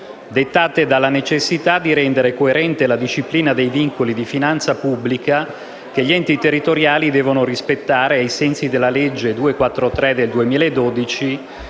dettate dalla necessità di rendere coerente la disciplina dei vincoli di finanza pubblica che gli enti territoriali devono rispettare ai sensi della citata legge